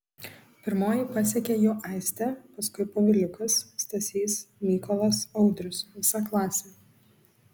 pirmoji pasekė juo aistė paskui poviliukas stasys mykolas audrius visa klasė